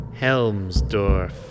Helmsdorf